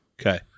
Okay